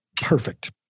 perfect